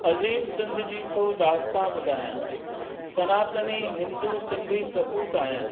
अज़ीम सिंध जी थो दास्तानु ॿुधायां सनातनी हिंदू सिंधी सपूत आहियां